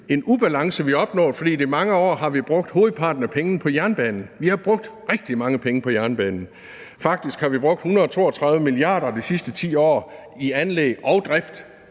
en ubalance, vi opnår, fordi vi i mange år brugt hovedparten af pengene på jernbanen – vi har brugt rigtig mange penge på jernbanen, faktisk har vi brugt 132 mia. kr. de sidste 10 år på anlæg og drift,